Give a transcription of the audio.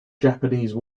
japanese